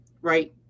right